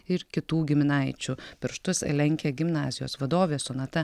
ir kitų giminaičių pirštus lenkia gimnazijos vadovė sonata